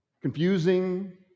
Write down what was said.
confusing